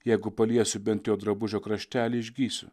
jeigu paliesiu bent jo drabužio kraštelį išgysiu